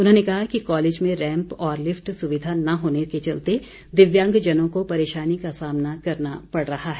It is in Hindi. उन्होंने कहा कि कॉलेज में रैंप और लिफ्ट सुविधा न होने के चलते दिव्यांगजनों को परेशानी का सामना करना पड़ रहा है